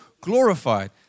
glorified